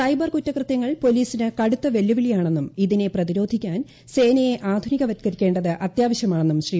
cyber കുറ്റകൃതൃങ്ങൾ പോലീസിന് കടുത്ത വെല്ലുവിളിയാണെന്നും ഇതിനെ പ്രതിരോധിക്കാൻ സേനയെ ആധുനികവൽക്കരിക്കേണ്ടത് അത്യാവശൃമാണെന്നും ശ്രീ